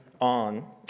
on